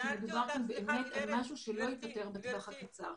מדובר כאן על משהו שלא ייפתר בטווח הקצר.